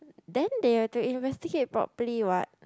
then they've to investigate properly what